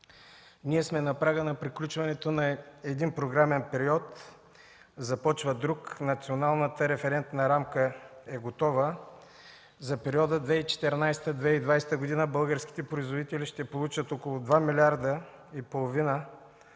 Ние сме на прага на приключването на един програмен период, започва друг. Националната референтна рамка е готова. За периода 2014 – 2020 г. българските производители ще получат около 2,5 млрд.